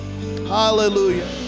Hallelujah